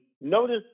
notice